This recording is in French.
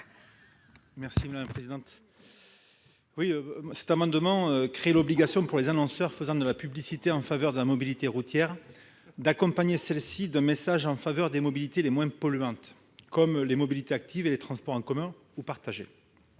rectifié. Le présent amendement tend à créer une obligation pour les annonceurs faisant de la publicité en faveur de la mobilité routière d'accompagner celle-ci d'un message en faveur des mobilités les moins polluantes, comme les mobilités actives et les transports en commun ou partagés.